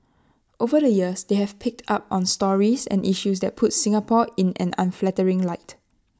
over the years they have picked up on stories and issues that puts Singapore in an unflattering light